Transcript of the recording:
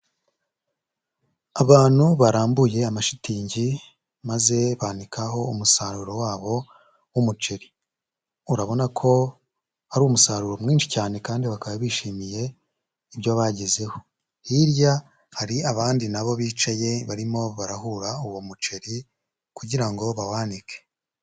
Abantu barambuye amashitingi maze banikaho umusaruro wabo w'umuceri, urabona ko ari umusaruro mwinshi cyane kandi bakaba bishimiye ibyo bagezeho, hirya hari abandi na bo bicaye barimo barahura uwo muceri kugira ngo bawanike.